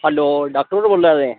hello doctor होर बोलै दे